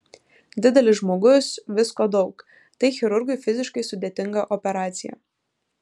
didelis žmogus visko daug tai chirurgui fiziškai sudėtinga operacija